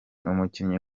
umukinnyi